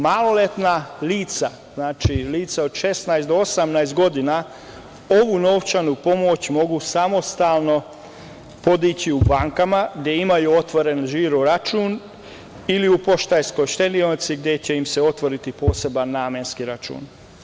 Maloletna lica, znači lica od 16 do 18 godina, ovu novčanu pomoć mogu samostalno podići u bankama gde imaju otvoren žiro račun ili u Poštanskoj štedionici gde će im se otvoriti poseban namenski račun.